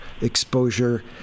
exposure